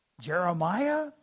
Jeremiah